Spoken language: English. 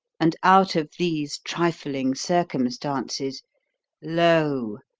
and out of these trifling circumstances lo!